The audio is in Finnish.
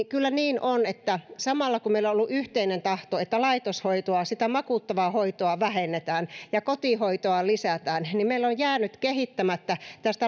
kyllä niin on että samalla kun meillä on ollut yhteinen tahto että laitoshoitoa sitä makuuttavaa hoitoa vähennetään ja kotihoitoa lisätään meillä on jäänyt kehittämättä